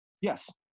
Yes